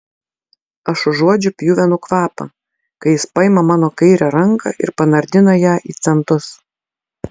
aš užuodžiu pjuvenų kvapą kai jis paima mano kairę ranką ir panardina ją į centus